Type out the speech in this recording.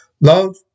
Love